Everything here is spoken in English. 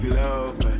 love